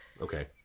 Okay